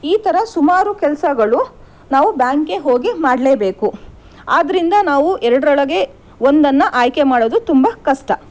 ಈ ಥರ ಸುಮಾರು ಕೆಲಸಗಳು ನಾವು ಬ್ಯಾಂಕ್ಗೆ ಹೋಗಿ ಮಾಡಲೇಬೇಕು ಆದ್ದರಿಂದ ನಾವು ಎರಡರೊಳಗೆ ಒಂದನ್ನು ಆಯ್ಕೆ ಮಾಡೋದು ತುಂಬ ಕಷ್ಟ